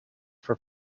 for